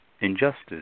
injustice